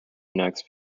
next